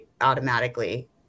automatically